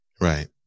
right